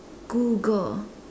Google